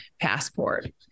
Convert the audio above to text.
passport